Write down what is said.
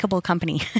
company